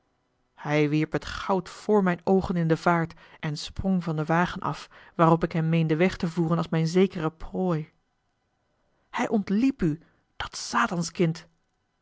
hij wierp het goud voor mijne oogen in de vaart en sprong van den wagen af waarop ik hem meende weg te voeren als mijne zekere prooi hij ontliep u dat satanskind